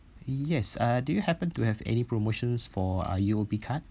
yes uh do you happen to have any promotions for uh U_O_B card